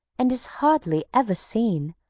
and is hardly ever seen,